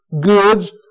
goods